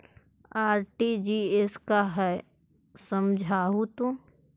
RTGS का है समझाहू तो?